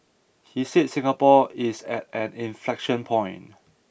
he said Singapore is at an inflection point